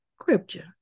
scripture